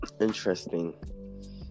interesting